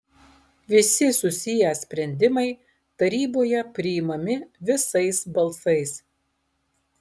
visi susiję sprendimai taryboje priimami visais balsais